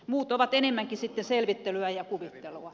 muut ovat enemmänkin sitten selvittelyä ja kuvittelua